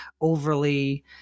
overly